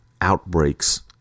outbreaks